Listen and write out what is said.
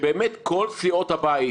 שבאמת כל סיעות הבית,